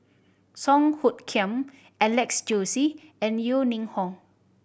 Song Hoot Kiam Alex Josey and Yeo Ning Hong